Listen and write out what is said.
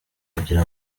kugira